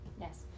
Yes